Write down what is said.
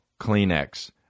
Kleenex